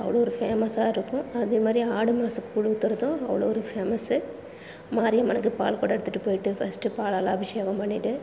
அவ்வளோ ஒரு ஃபேமஸாக இருக்கும் அதேமாதிரி ஆடி மாசக் கூழ் ஊத்துகிறதும் அவ்வளோ ஒரு ஃபேமஸ்ஸு மாரியம்மனுக்கு பால் குடம் எடுத்துட்டு போய்ட்டு ஃபஸ்ட்டு பாலால் அபிஷேகம் பண்ணிட்டு